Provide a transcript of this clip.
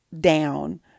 down